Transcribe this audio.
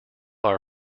our